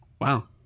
Wow